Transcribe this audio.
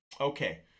Okay